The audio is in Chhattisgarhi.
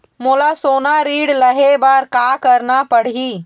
मोला सोना ऋण लहे बर का करना पड़ही?